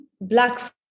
black